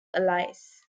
allies